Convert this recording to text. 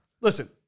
Listen